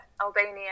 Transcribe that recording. Albania